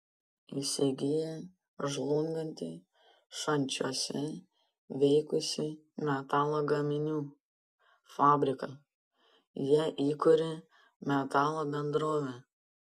įsigiję žlungantį šančiuose veikusį metalo gaminių fabriką jie įkūrė metalo bendrovę